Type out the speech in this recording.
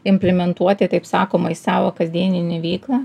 implimentuoti taip sakoma į savo kasdieninę veiklą